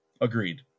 Agreed